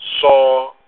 saw